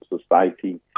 society